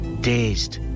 Dazed